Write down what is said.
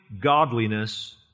godliness